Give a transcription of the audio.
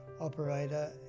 operator